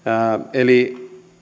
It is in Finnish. eli